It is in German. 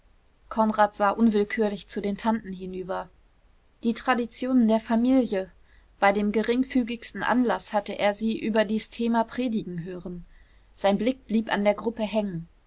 konrad sah unwillkürlich zu den tanten hinüber die traditionen der familie bei dem geringfügigsten anlaß hatte er sie über dies thema predigen hören sein blick blieb an der gruppe hängen